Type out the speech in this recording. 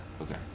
okay